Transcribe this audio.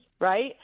right